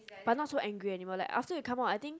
but not so angry anymore like after you come out I think